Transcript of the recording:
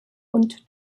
und